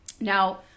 now